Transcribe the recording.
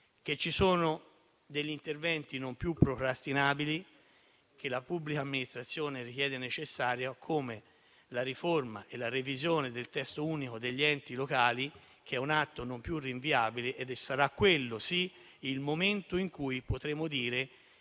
che ci sono interventi non più procrastinabili che la pubblica amministrazione ritiene necessari, come la riforma e la revisione del Testo unico degli enti locali, che è un atto non più rinviabile. Sarà quello il momento in cui potremo dire